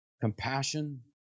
compassion